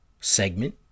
segment